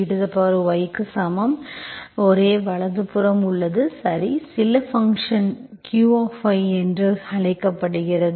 ey க்கு சமம் ஒரே வலது புறம் உள்ளது சரி இது சில ஃபங்க்ஷன் Q என்று அழைக்கப்படுகிறது